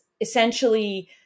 essentially